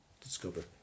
discover